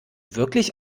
wirklich